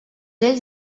ells